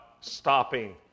stopping